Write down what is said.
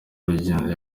rwiyemezamirimo